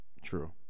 True